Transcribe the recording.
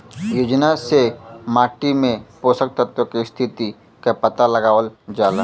योजना से माटी में पोषक तत्व के स्थिति क पता लगावल जाला